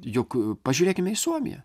juk pažiūrėkime į suomiją